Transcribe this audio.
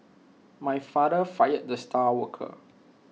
my father fired the star worker